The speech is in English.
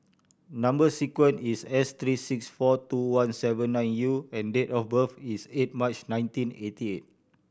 number sequence is S three six four two one seven nine U and date of birth is eight March nineteen eighty eight